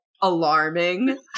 alarming